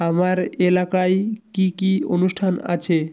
আমার এলাকায় কী কী অনুষ্ঠান আছে